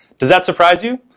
does that surprise you?